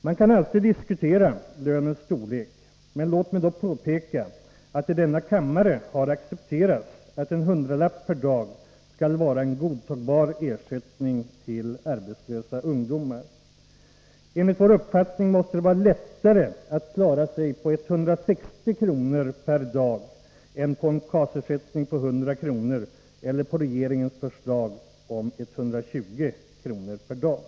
Man kan alltid diskutera lönens storlek, men låt mig påpeka att i denna kammare har accepterats att en hundralapp per dag skall vara en godtagbar ersättning till arbetslösa ungdomar. Enligt vår uppfattning måste det vara lättare att klara sig på 160 kr. per dag än på en KAS-ersättning på 100 kr. per dag eller på regeringens förslag om 120 kr. per dag.